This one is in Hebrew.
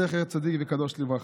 זכר צדיק וקדוש לברכה.